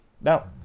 Now